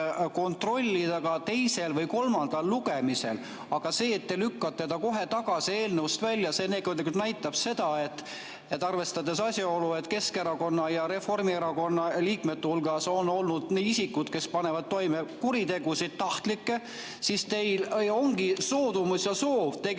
kontrollida ka teisel või kolmandal lugemisel. Aga see, et te lükkate ta kohe tagasi ja eelnõust välja, näitab seda, et arvestades asjaolu, et Keskerakonna ja Reformierakonna liikmete hulgas on olnud isikuid, kes panevad toime kuritegusid, tahtlikke, siis teil ongi soodumus ja soov tegelikult